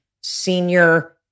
senior